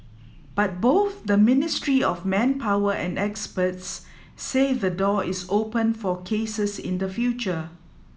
but both the Ministry of Manpower and experts say the door is open for cases in the future